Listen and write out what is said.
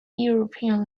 european